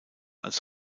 als